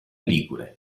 ligure